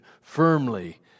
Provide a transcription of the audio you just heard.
firmly